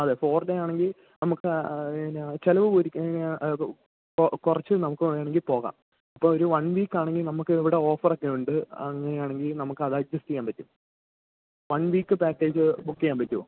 അതെ four day ആണെങ്കിൽ നമുക്ക് ആ എങ്ങനെയാണ് ചിലവ് എങ്ങനെയാണ് കുറച്ച് നമുക്ക് വേണമെങ്കിൽ പോകാം അപ്പോൾ ഒരു വൺ വീക്കാണെങ്കിൽ നമുക്ക് ഇവിടെ ഓഫറൊക്കെ ഉണ്ട് അങ്ങനെയാണെങ്കിൽ നമുക്കത് അഡ്ജസ്റ്റ് ചെയ്യാൻ പറ്റും വൺ വീക്ക് പാക്കേജ് ബുക്ക് ചെയ്യാൻ പറ്റുമോ